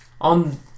On